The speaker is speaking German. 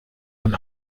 von